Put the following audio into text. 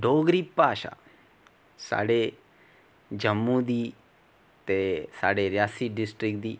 डोगरी भाशा साढ़े जम्मू दी ते साढ़े रियासी डिस्टिक दी